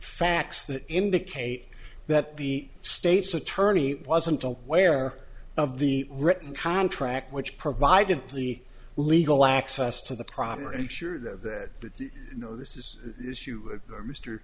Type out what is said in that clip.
facts that indicate that the state's attorney wasn't aware of the written contract which provided the legal access to the proper and sure that you know this is this you are mr